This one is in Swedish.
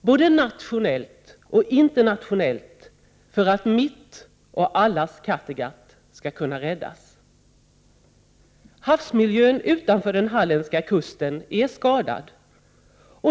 både nationellt och internationellt, för att mitt och allas Kattegatt skall kunna räddas. Havsmiljön utanför den halländska kusten är skadad.